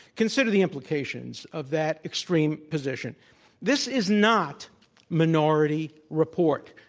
consider the implications of that extreme position. this is not minority report.